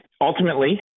ultimately